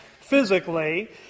physically